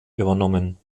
übernommen